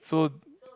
so